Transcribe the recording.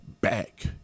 back